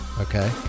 Okay